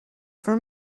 for